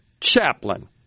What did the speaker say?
chaplain